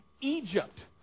Egypt